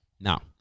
Now